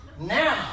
now